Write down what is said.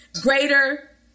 Greater